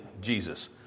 Jesus